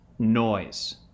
noise